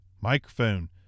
microphone